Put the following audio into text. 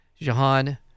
Jahan